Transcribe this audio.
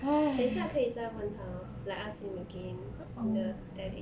等一下可以再问他吗 like ask him again in the tele~